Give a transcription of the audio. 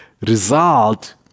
result